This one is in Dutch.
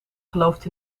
gelooft